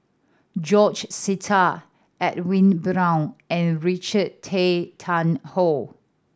George Sita Edwin Brown and Richard Tay Tian Hoe